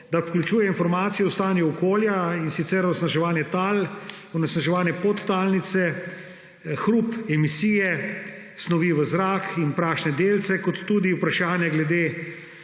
da vključuje informacije o stanju okolja, in sicer onesnaževanje tal, onesnaževanje podtalnice, hrup, emisije, snovi v zraku in prašne delce ter tudi vprašanje glede